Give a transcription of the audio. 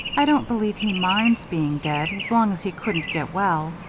i don't believe he minds being dead, as long as he couldn't get well.